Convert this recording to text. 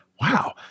wow